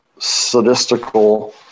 sadistical